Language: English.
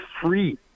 free